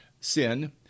sin